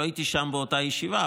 לא הייתי שם באותה ישיבה,